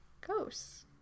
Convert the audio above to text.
Ghosts